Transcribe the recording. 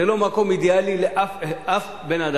זה לא מקום אידיאלי לאף בן-אדם,